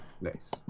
nice